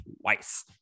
twice